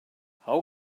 how